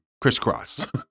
crisscross